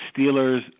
Steelers